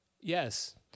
Yes